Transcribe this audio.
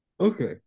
Okay